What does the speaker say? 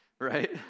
right